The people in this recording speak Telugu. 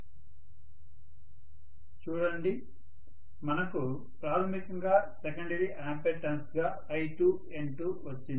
"ప్రొఫెసర్ విద్యార్థి సంభాషణ ముగుస్తుంది" చూడండి మనకు ప్రాథమికంగా సెకండరీ ఆంపియర్ టర్న్స్ గా I2N2 వచ్చింది